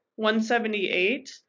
178